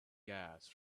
gas